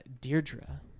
Deirdre